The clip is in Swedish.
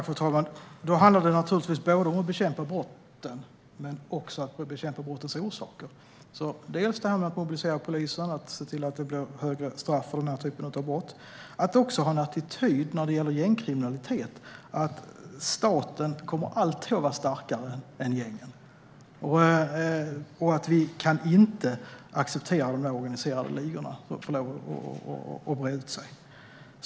Fru talman! Det handlar om att både bekämpa brotten och brottens orsaker. Det gäller att dels mobilisera polisen, dels se till att det blir högre straff för denna typ av brott. När det gäller gängkriminaliteten gäller det att ha attityden att staten alltid kommer att vara starkare än gängen. Vi kan aldrig acceptera att de organiserade ligorna får breda ut sig.